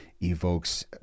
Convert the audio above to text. evokes